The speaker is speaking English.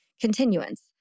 continuance